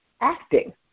acting